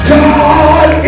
god